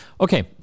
Okay